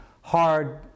hard